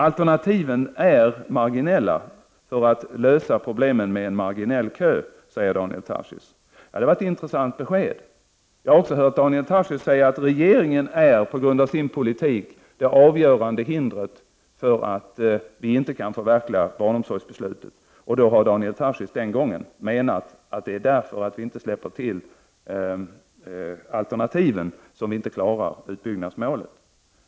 Alternativen är marginella för att lösa problemen med en marginell kö, säger Daniel Tarschys. Det var ett intressant besked. Jag har också hört Daniel Tarschys säga att regeringen, på grund av sin politik, är det avgörande hindret för ett förverkligande av barnomsorgsbeslutet. Den gången menade Daniel Tarschys att det är för att vi inte släpper till alternativen som vi inte klarar utbyggnadsmålet.